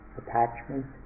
attachment